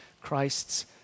Christ's